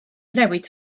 newid